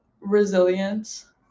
Resilience